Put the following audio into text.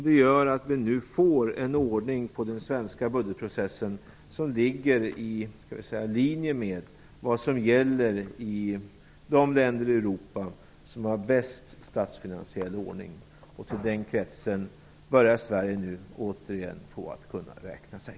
Det gör att vi nu får en ordning på den svenska budgetprocessen som ligger i linje med vad som gäller i de länder i Europa som har bäst statsfinansiell ordning. Till den kretsen börjar Sverige nu åter få räkna sig.